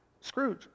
Scrooge